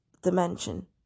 dimension